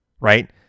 right